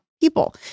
people